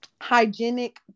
hygienic